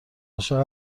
عاشق